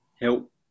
help